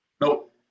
Nope